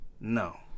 No